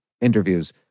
interviews